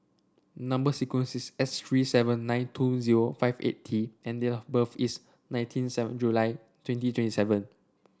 number sequence is S three seven nine two zero five eight T and date of birth is nineteen seven July twenty twenty seven